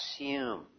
assume